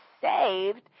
saved